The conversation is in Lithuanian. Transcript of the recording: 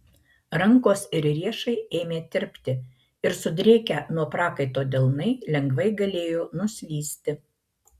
rankos ir riešai ėmė tirpti ir sudrėkę nuo prakaito delnai lengvai galėjo nuslysti